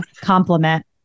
Compliment